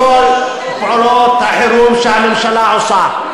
ניאבק בכל פעולות החירום שהממשלה עושה,